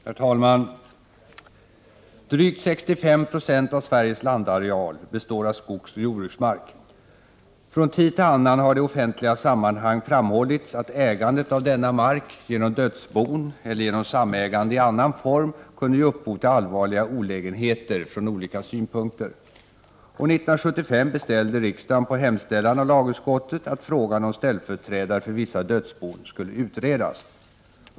Herr talman! Drygt 65 920 av Sveriges landareal består av skogsoch jordbruksmark. Från tid till annan har det i offentliga sammanhang framhållits att ägandet av denna mark genom dödsbon eller genom samägande i annan form kunde ge upphov till allvarliga olägenheter från olika synpunkter. År 1975 beställde riksdagen på hemställan av LU att frågan om ställföreträdare för vissa dödsbon skulle utredas.